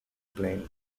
plain